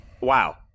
Wow